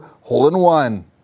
hole-in-one